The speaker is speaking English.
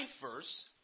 first